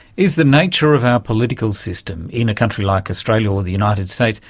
is the nature of our political system in a country like australia or the united states,